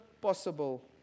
possible